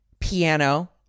piano